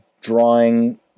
drawing